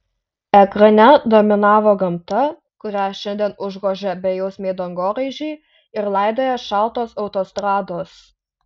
ekrane dominavo gamta kurią šiandien užgožia bejausmiai dangoraižiai ir laidoja šaltos autostrados